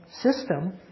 system